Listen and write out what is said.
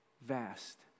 vast